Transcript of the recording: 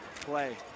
play